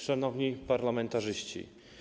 Szanowni Parlamentarzyści!